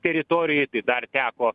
teritorijoj tai dar teko